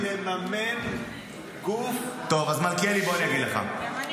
אנחנו לא רוצים לממן גוף שבכסף שלי מדבר איתי,